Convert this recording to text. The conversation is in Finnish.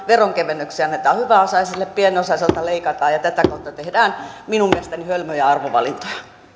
veronkevennyksiä annetaan hyväosaisille pieniosaisilta leikataan ja tätä kautta tehdään minun mielestäni hölmöjä arvovalintoja